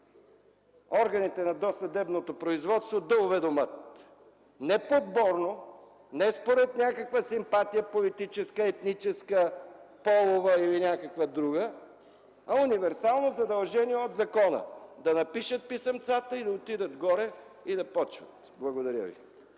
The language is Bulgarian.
органите на досъдебното производство да уведомят не подборно, не според някаква политическа, етническа, полова или някаква друга симпатия, а универсално задължение от закона – да напишат писъмцата и да отидат горе и да започват. Благодаря Ви.